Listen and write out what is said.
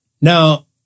Now